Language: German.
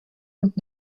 und